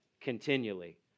continually